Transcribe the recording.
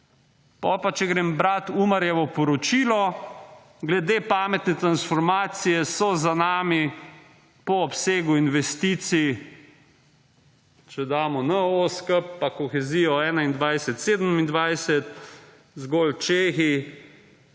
pa, če grem brati Umarjevo poročilo, glede pametne transformacije so za nami po obsegu investicij, če damo NO skupaj pa kohezijo 2021-2027, zgolj Čehi,